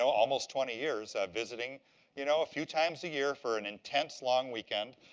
so almost twenty years visiting you know a few times a year for an intense, long weekend,